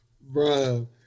Bro